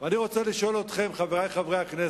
אני רוצה לשאול אתכם, חברי חברי הכנסת,